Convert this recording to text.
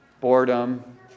boredom